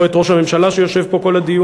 לא את ראש הממשלה שיושב פה כל הדיון.